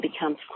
becomes